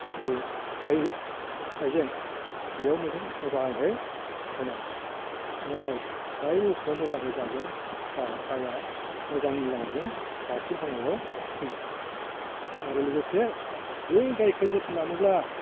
जिथु आय आयजें बेयाव मोजां मोजाङै होनांगौ नाथाय जाय मोसौआ मोजाङै जागोन बा गाया मोजांनि लामाजों गायखेर होनायाव फैयो आरो लोगोसे बै गायखो जोथोन लानोब्ला